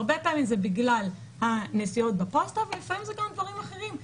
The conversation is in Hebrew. הרבה פעמים זה בגלל הנסיעות בפוסטה ולפעמים זה דברים אחרים.